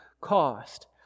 cost